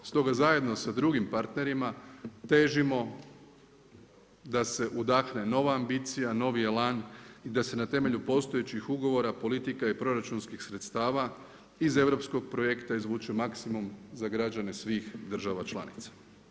Stoga zajedno sa drugim partnerima težimo da se udahne ambicija, novi elan i da se na temelju postojećih ugovora, politika i proračunskih sredstava iz europskog projekta izvuče maksimum za građane svih država članica.